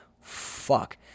fuck